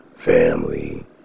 Family